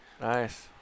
Nice